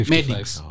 Medics